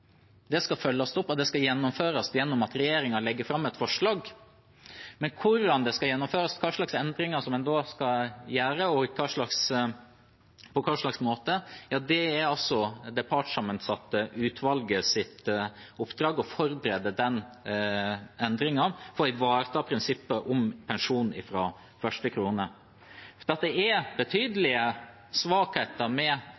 skal følges opp, og at det skal gjennomføres gjennom at regjeringen legger fram et forslag. Men hvordan det skal gjennomføres, hvilke endringer en skal gjøre og på hvilken måte – ja, det er det partssammensatte utvalgets oppdrag å forberede den endringen for å ivareta prinsippet om pensjon fra første krone. Det er betydelige svakheter med